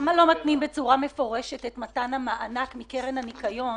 למה לא מתנים בצורה מפורשת את מתן המענק מקרן הניקיון